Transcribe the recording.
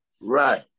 Right